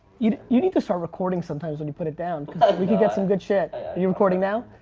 you you need to start recording sometimes when you put it down because we could get some good shit. are you recording now?